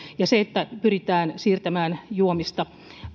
ja se että pyritään siirtämään juomista